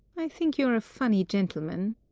i think you're a funny gentleman.